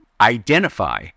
identify